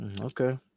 okay